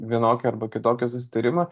vienokį arba kitokį susitarimą